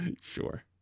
sure